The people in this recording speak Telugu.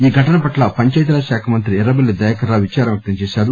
ఈ ఘటన పట్ల పంచాయతీరాజ్ శాఖ మంత్రి ఎర్రబెల్లి దయాకర్ రావు విదారం వ్యక్తం చేశారు